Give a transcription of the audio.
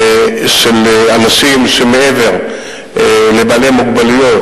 של אנשים שמעבר לבעלי מוגבלות,